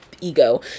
ego